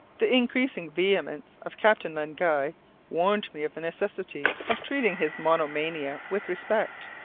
the increasing vehemence of captain len guy warned me of the necessity of treating his monomania with respect,